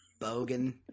Bogan